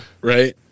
Right